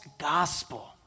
gospel